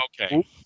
okay